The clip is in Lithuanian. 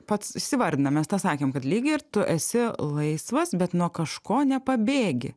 pats įsivardina mes tą sakėm kad lyg ir tu esi laisvas bet nuo kažko nepabėgi